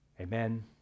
Amen